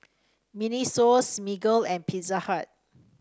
Miniso Smiggle and Pizza Hut